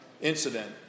incident